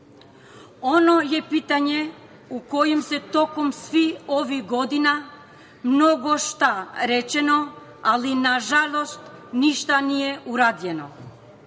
Ovo je pitanje kojim je tokom svih ovih godina mnogo šta rečeno, ali nažalost ništa nije urađeno. Prvo